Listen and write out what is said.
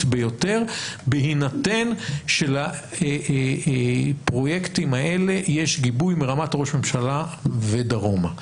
ביותר בהינתן שלפרויקטים האלה יש גיבוי מרמת ראש ממשלה ודרומה.